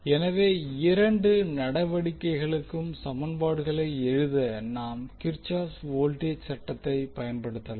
எனவே இரண்டு நடவடிக்கைகளுக்கும் சமன்பாடுகளை எழுத நாம் கிர்ச்சாஃப்ஸ் kirchoff's வோல்டேஜ் சட்டத்தைப் பயன்படுத்தலாம்